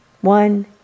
One